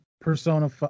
Persona